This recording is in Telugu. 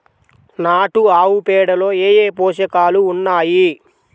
నాటు ఆవుపేడలో ఏ ఏ పోషకాలు ఉన్నాయి?